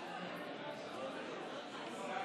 אנחנו נוסיף אותך